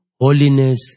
holiness